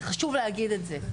חשוב להגיד את זה.